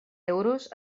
euros